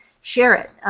share it.